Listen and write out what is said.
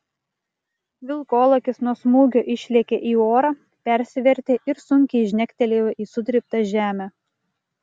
vilkolakis nuo smūgio išlėkė į orą persivertė ir sunkiai žnektelėjo į sutryptą žemę